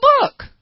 book